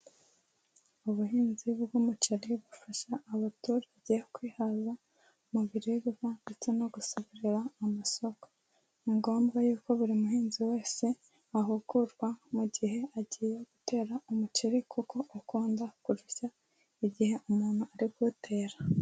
Ubuhinzi bw'umuceri bufasha abaturage kwihaza mu biribwa ndetse no gusagurira amasoko. Ningombwa yuko buri muhinzi wese ahugurwa mu gihe agiye gutera umuceri kuko ukunda kurushya igihe umuntu ari kuwutera.